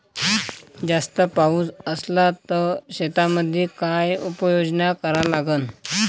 जास्त पाऊस असला त शेतीमंदी काय उपाययोजना करा लागन?